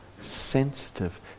sensitive